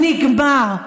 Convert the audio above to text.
נגמר.